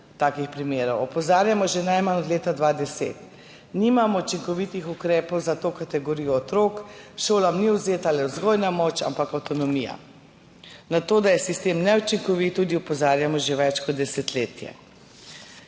takih primerov, »opozarjamo že najmanj od leta 2010. /…/ Nimamo pa učinkovitih ukrepov za to kategorijo otrok, šolam ni odvzeta le vzgojna moč, ampak avtonomija. Na to, da je sistem neučinkovit, tudi opozarjamo že več kot desetletje.«